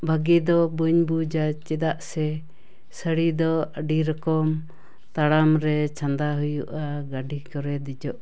ᱵᱷᱟᱜᱮ ᱫᱚ ᱵᱟᱹᱧ ᱵᱩᱡᱟ ᱪᱮᱫᱟᱜ ᱥᱮ ᱥᱟᱹᱲᱤᱫᱚ ᱟᱹᱰᱤ ᱨᱚᱠᱚᱢ ᱛᱟᱲᱟᱢ ᱨᱮ ᱪᱷᱟᱸᱫᱟ ᱦᱩᱭᱩᱜᱼᱟ ᱜᱟᱹᱰᱤ ᱠᱚᱨᱮ ᱫᱮᱡᱚᱜ